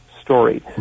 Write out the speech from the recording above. story